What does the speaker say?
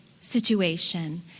situation